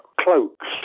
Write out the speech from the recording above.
cloaks